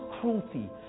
cruelty